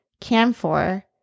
camphor